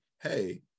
hey